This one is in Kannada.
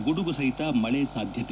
ಗುಡುಗುಸಒತ ಮಳೆ ಸಾಧ್ಯತೆ